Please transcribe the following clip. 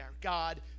God